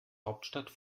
hauptstadt